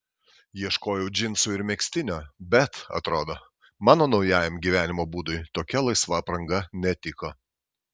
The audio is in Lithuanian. ieškojau džinsų ir megztinio bet atrodo mano naujajam gyvenimo būdui tokia laisva apranga netiko